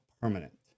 permanent